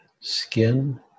skin